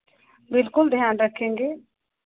बिल्कुल ध्यान रखेंगे